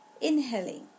inhaling